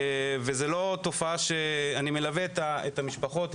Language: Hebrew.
אני מלווה את המשפחות,